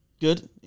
Good